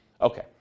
Okay